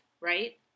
right